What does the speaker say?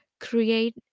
create